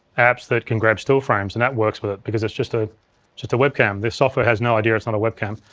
apps that can grab still frames and that works with it because it's just ah just a webcam. the software has no idea it's not a webcam.